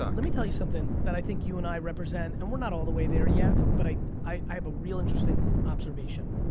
ah let me tell you something that i think you and i represent. and we're not all the way there yet. but i i have a real interesting observation.